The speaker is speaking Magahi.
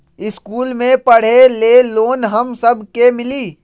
इश्कुल मे पढे ले लोन हम सब के मिली?